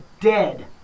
dead